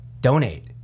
donate